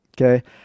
Okay